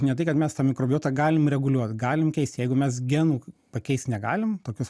ne tai kad mes tą mikrobiotą galim reguliuot galim keist jeigu mes genų pakeist negalim tokius